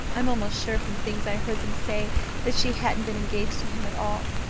i'm almost sure from things i heard them say that she hadn't been engaged to him at all,